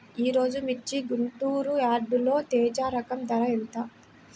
ఈరోజు మిర్చి గుంటూరు యార్డులో తేజ రకం ధర ఎంత?